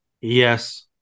Yes